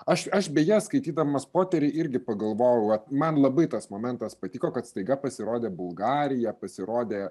aš aš beje skaitydamas poterį irgi pagalvojau va man labai tas momentas patiko kad staiga pasirodė bulgarija pasirodė